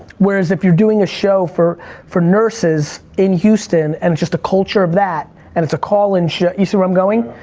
where is if you're doing a show for for nurses, in houston. and just the culture of that, and it's a call in show. you see where i'm going?